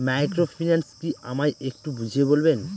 Microfinance কি আমায় একটু বুঝিয়ে বলবেন?